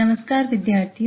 नमस्कार विद्यार्थियों